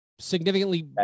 significantly